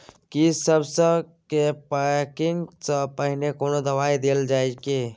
की सबसे के पैकिंग स पहिने कोनो दबाई देल जाव की?